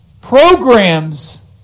programs